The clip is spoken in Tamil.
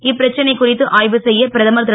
இப்பிரச்சனை குறித்து ஆய்வுசெய்ய பிரதமர் திரு